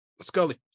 Scully